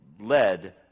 led